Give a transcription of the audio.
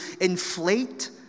inflate